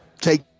take